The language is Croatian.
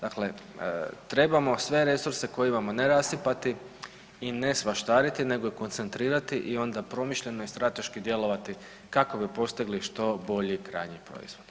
Dakle, trebamo sve resurse koje imamo ne rasipati i ne svaštariti, nego ih koncentrirati i onda promišljeno i strateški djelovati kako bi postigli što bolji krajnji proizvod.